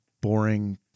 boring